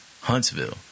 Huntsville